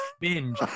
binge